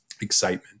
excitement